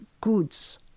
goods